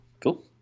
Cool